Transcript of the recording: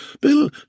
Bill